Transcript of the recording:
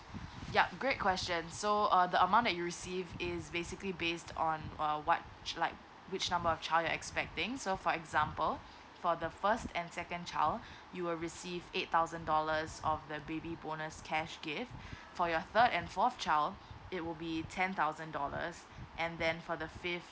yup great question so uh the amount that you received is basically based on uh what's like which number of child you're expecting so for example for the first and second child you will receive eight thousand dollars of the baby bonus cash gift for your third and fourth child it would be ten thousand dollars and then for the fifth